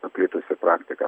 paplitusi praktika